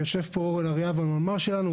יושב פה אורן אריאב, המנמ"ר שלנו.